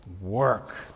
work